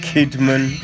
Kidman